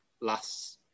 last